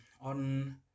On